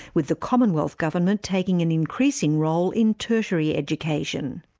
with the commonwealth government taking an increasing role in tertiary education.